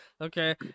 okay